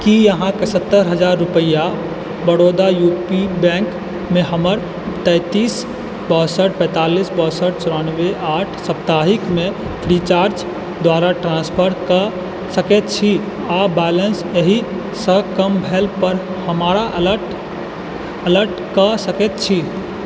की अहाँके सत्तर हजार रुपैआ बरोदा यूपी बैंकमे हमर तेँतिस बासठ पैँतालिस चौँसठि चौरानबे आठ साप्ताहिकमे रिचार्ज द्वारा ट्रान्सफर कऽ सकै छी आओर बैलेन्स एहिसँ कम भेलापर हमरा एलर्ट कऽ सकै छी